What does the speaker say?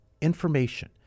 information